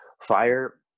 fire